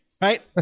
right